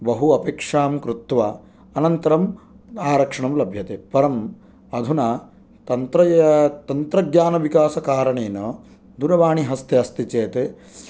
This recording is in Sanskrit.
बहु अपेक्षां कृत्वा अनन्तरम् आरक्षणं लभ्यते परम् अधुना तन्त्र तन्त्र ज्ञान विकास कारणेन दूरवाणी हस्ते अस्ति चेत्